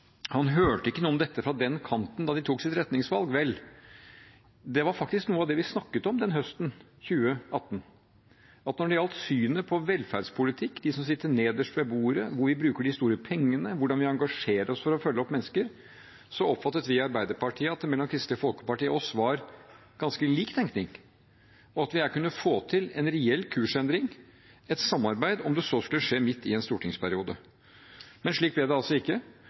han ikke hørte noe om dette fra den kanten da de tok sitt retningsvalg. Vel, det var faktisk noe av det vi snakket om den høsten, i 2018, at når det gjaldt synet på velferdspolitikk, synet på dem som sitter nederst ved bordet, synet på hvor vi bruker de store pengene, synet på hvordan vi engasjerer oss for å følge opp mennesker, oppfattet vi i Arbeiderpartiet at det mellom Kristelig Folkeparti og oss var ganske lik tenkning, og at vi kunne få til en reell kursendring, et samarbeid – om det så skulle skje midt i en stortingsperiode. Men slik ble det ikke.